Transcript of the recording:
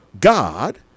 God